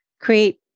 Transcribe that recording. create